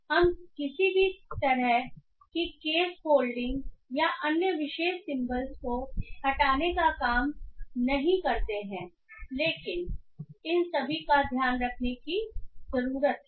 हम किसी भी तरह की केस फोल्डिंग या अन्य विशेष सिंबलस को हटाने का काम नहीं करते हैं लेकिन इन सभी का ध्यान रखने की जरूरत है